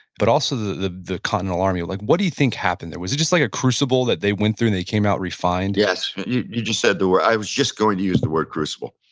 but also the the continental army like what do you think happened there? was it just like a crucible that they went through and they came out refined? yes. but you you just said the word. i was just going to use the word crucible.